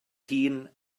hun